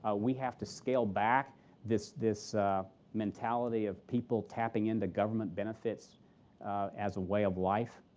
ah we have to scale back this this mentality of people tapping into government benefits as a way of life.